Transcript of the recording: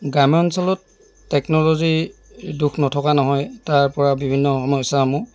গ্ৰাম্যাঞ্চলত টেকন'ল'জী দোষ নথকা নহয় তাৰপৰা বিভিন্ন সমস্যাসমূহ